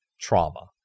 trauma